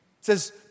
says